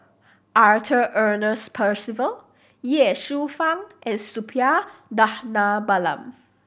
Arthur Ernest Percival Ye Shufang and Suppiah Dhanabalan